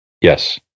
yes